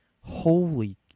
Holy